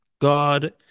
god